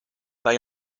they